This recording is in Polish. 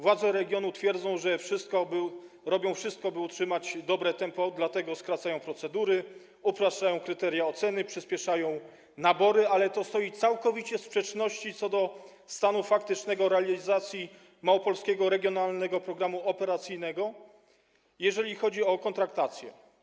Władze regionu twierdzą, że robią wszystko, by utrzymać dobre tempo, dlatego skracają procedury, upraszczają kryteria oceny, przyspieszają nabory, ale to pozostaje całkowicie w sprzeczności ze stanem faktycznym realizacji małopolskiego regionalnego programu operacyjnego, jeżeli chodzi o kontraktację.